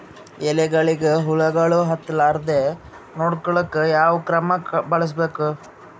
ಎಲೆಗಳಿಗ ಹುಳಾಗಳು ಹತಲಾರದೆ ನೊಡಕೊಳುಕ ಯಾವದ ಕ್ರಮ ಬಳಸಬೇಕು?